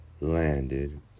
landed